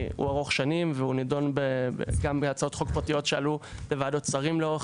הוא ארוך שנים והוא נדון גם בהצעות חוק פרטיות שעלו לוועדות שרים לאורך